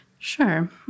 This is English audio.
Sure